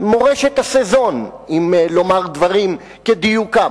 מורשת "הסזון", אם לומר דברים כדיוקם,